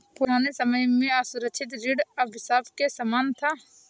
पुराने समय में असुरक्षित ऋण अभिशाप के समान था